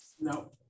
No